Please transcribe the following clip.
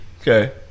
Okay